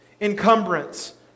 encumbrance